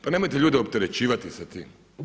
Pa nemojte ljude opterećivati sa tim?